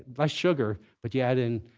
less sugar, but you add and